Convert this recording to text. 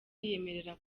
yiyemerera